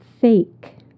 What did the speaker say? Fake